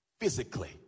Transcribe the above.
Physically